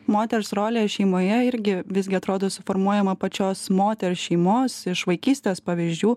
moters rolė šeimoje irgi visgi atrodo suformuojama pačios moters šeimos iš vaikystės pavyzdžių